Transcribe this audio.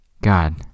god